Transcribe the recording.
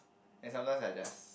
and sometimes I just